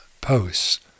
posts